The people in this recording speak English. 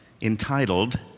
entitled